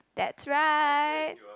that's right